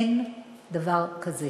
אין דבר כזה